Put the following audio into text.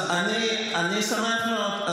אני שמח מאוד.